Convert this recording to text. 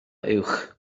uwch